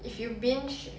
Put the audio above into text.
if you binge